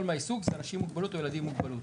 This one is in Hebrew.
מהעיסוק זה אנשים עם מוגבלות או ילדים עם מוגבלות.